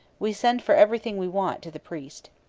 we send for everything we want to the priest